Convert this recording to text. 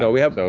so we have,